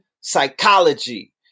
psychology